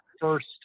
first